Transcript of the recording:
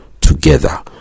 together